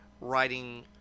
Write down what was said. writing